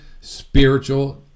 spiritual